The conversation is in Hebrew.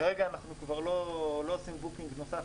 כרגע אנחנו כבר לא עושים booking נוסף,